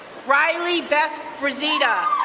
riley beth bresita,